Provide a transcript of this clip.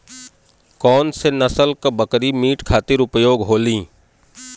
कौन से नसल क बकरी मीट खातिर उपयोग होली?